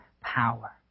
power